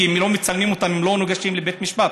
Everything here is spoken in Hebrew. כי אם לא מצלמים אותם הם לא ניגשים לבית משפט,